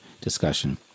discussion